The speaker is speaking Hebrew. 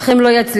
אך הם לא יצליחו.